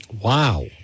Wow